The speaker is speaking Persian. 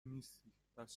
نیستی٬پس